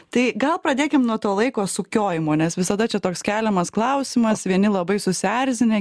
tai gal pradėkim nuo to laiko sukiojimo nes visada čia toks keliamas klausimas vieni labai susierzinę